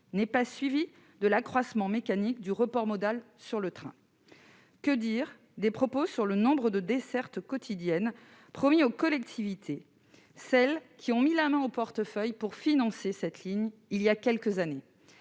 n'ait pas été suivie de l'accroissement mécanique du report modal sur le train ? Que dire des propos sur le nombre de dessertes quotidiennes promis aux collectivités, celles qui ont mis la main au portefeuille pour financer cette ligne voilà quelques années ?